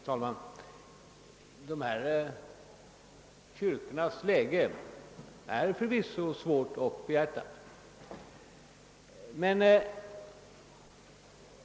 Herr talman! Dessa kyrkors läge är förvisso svårt och behjärtansvärt.